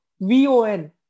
von